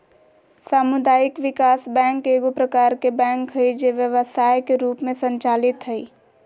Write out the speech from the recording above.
सामुदायिक विकास बैंक एगो प्रकार के बैंक हइ जे व्यवसाय के रूप में संचालित हइ